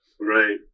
Right